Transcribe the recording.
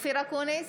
אופיר אקוניס,